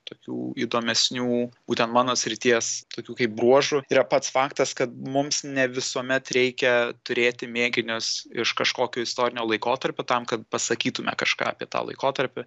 tokių įdomesnių būtent mano srities tokių kaip bruožų yra pats faktas kad mums ne visuomet reikia turėti mėginius iš kažkokio istorinio laikotarpio tam kad pasakytume kažką apie tą laikotarpį